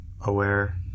aware